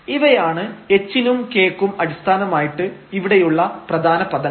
ഇവയാണ് h നും k ക്കും അടിസ്ഥാനമായിട്ട് ഇവിടെയുള്ള പ്രധാന പദങ്ങൾ